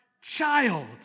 child